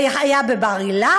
זה היה בבר-אילן: